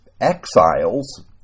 exiles